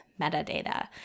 metadata